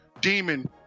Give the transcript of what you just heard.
Demon